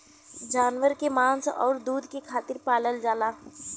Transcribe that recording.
जानवर के मांस आउर दूध के खातिर पालल जाला